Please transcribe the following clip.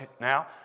now